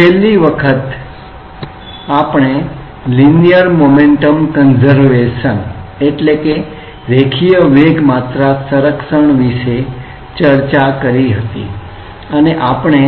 છેલ્લા લેક્ચરમાં આપણે લિનીયર મોમેન્ટમ કન્ઝર્વેશન રેખીય વેગમાત્રા સંરક્ષણ Linear Momentum Conservation વિશે ચર્ચા કરી હતી અને આપણે